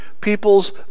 people's